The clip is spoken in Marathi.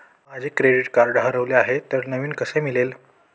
माझे क्रेडिट कार्ड हरवले आहे तर नवीन कसे मिळेल?